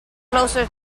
closer